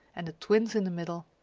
and the twins in the middle.